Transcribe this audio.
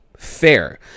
fair